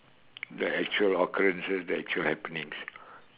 the actual occurrences the actual happenings